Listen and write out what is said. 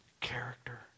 Character